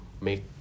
make